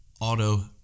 auto